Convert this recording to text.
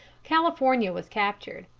california was captured,